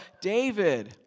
David